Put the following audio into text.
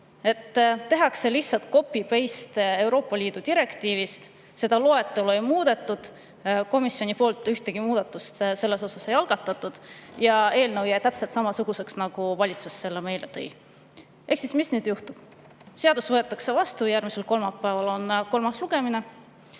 tehakse lihtsaltcopy-pasteEuroopa Liidu direktiivist. Seda loetelu ei muudetud, komisjon selle kohta ühtegi muudatust ei algatanud ja eelnõu jäi täpselt samasuguseks, nagu valitsus selle meile tõi. Mis nüüd juhtub? Seadus võetakse vastu, järgmisel kolmapäeval on kolmas lugemine.